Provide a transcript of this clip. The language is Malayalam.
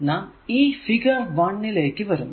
നാം ഈ ഫിഗർ 1 ലേക്ക് വരുന്നു